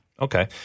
Okay